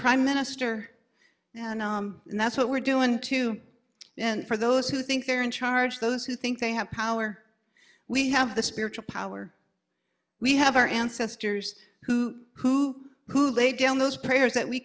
prime minister and that's what we're doing too for those who think they're in charge those who think they have power we have the spiritual power we have our ancestors who who who laid down those prayers that we